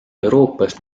euroopas